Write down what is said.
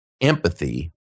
empathy